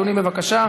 אדוני, בבקשה.